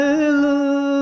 Hello